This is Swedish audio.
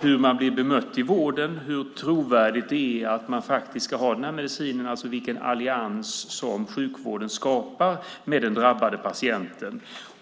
hur man blir bemött i vården, hur trovärdigt det är att man faktiskt ska ha en viss medicin, alltså vilken allians som sjukvården skapar med den drabbade patienten.